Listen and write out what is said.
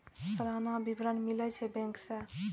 सलाना विवरण मिलै छै बैंक से?